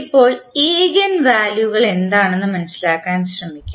ഇപ്പോൾ ഈഗൻ വാല്യുകൾ എന്താണെന്ന് മനസിലാക്കാൻ ശ്രമിക്കാം